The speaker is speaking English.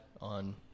on